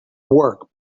work